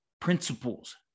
principles